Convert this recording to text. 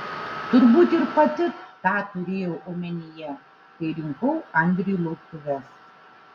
turbūt ir pati tą turėjau omenyje kai rinkau andriui lauktuves